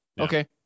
Okay